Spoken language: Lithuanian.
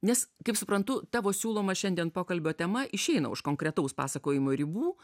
nes kaip suprantu tavo siūloma šiandien pokalbio tema išeina už konkretaus pasakojimo ribų